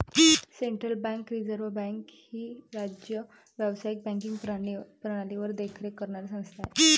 central bank reserve bank ही राज्य व्यावसायिक बँकिंग प्रणालीवर देखरेख करणारी संस्था आहे